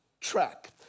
track